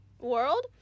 world